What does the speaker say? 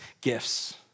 gifts